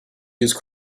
used